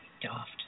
daft